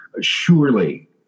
surely